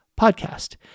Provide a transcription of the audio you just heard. Podcast